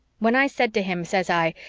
when i said to him, says i,